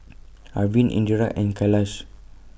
Arvind Indira and Kailash